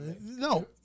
no